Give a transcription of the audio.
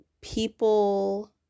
people